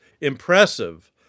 impressive